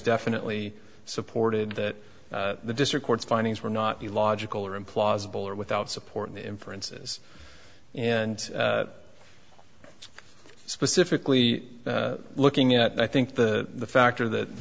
definitely supported that the district court's findings were not the logical or implausible or without support inferences and specifically looking at i think the factor that